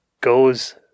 goes